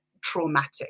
traumatic